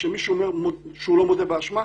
כשמישהו אומר שהוא לא מודה באשמה?